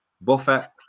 Buffett